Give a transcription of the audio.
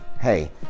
hey